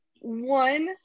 One